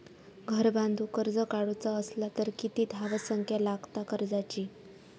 घर बांधूक कर्ज काढूचा असला तर किती धावसंख्या लागता कर्जाची?